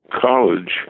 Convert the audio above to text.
College